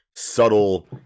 Subtle